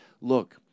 look